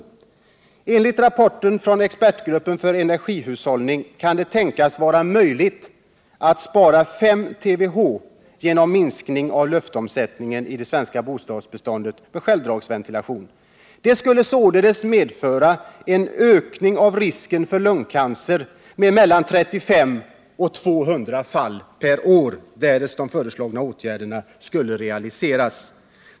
Enligt rapporten från Expertgruppen för energihushållning kan det tänkas vara möjligt att spara ca 5 TWh genom minskning av luftomsättningen i det svenska bostadsbeståndet med självdragsventilation. Det skulle således kunna medföra en ökning av risken för lungcancer med 35-200 fall per år, därest de föreslagna åtgärderna skulle realiseras.